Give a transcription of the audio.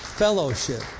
fellowship